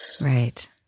Right